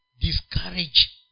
discourage